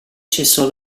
cessò